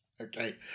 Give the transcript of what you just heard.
okay